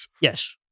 Yes